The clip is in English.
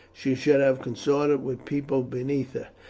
she should have consorted with people beneath her.